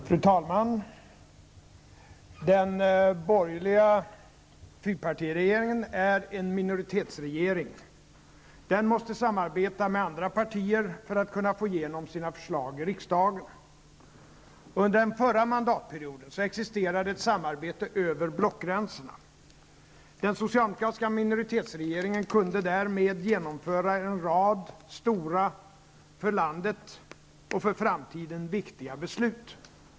Fru talman! Den borgerliga fyrpartiregeringen är en minoritetsregering. Den måste samarbeta med andra partier för att kunna få igenom sina förslag i riksdagen. Under den förra mandatperioden existerade ett samarbete över blockgränserna. Den socialdemokratiska minoritetsregeringen kunde därmed genomföra en rad stora, för landet och för framtiden, viktiga beslut.